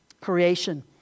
creation